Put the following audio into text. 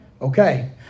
Okay